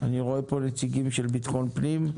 אני רואה פה נציגים מהמשרד לביטחון פנים,